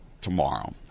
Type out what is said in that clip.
Tomorrow